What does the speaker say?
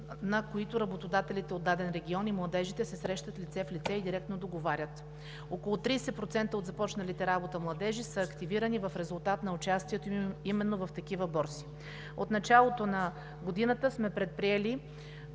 на които работодателите и младежите от даден регион се срещат лице в лице и директно договарят. Около 30% от започналите работа младежи са активирани в резултат на участието им именно в такива борси. От началото на годината сме предприели